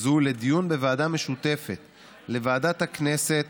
זו לדיון בוועדה המשותפת לוועדת הכנסת